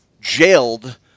jailed